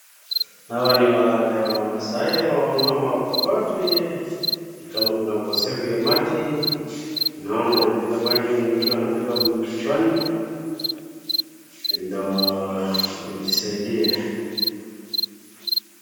Hawa ni wale wamaasai ama wamama wapokoti, ni kama kuna ukosefu wa maji naona wamebeba maji wakiwa wanabeba kichwani ndio wajisaidie.